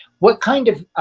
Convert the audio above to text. what kind of